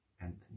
Anthony